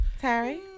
Terry